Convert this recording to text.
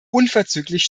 unverzüglich